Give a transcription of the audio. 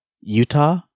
Utah